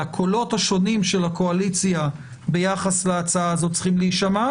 אלא הקולות השונים של הקואליציה ביחס להצעה הזאת צריכים להישמע,